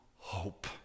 hope